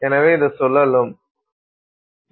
எனவே இது சுழலும்